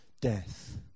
death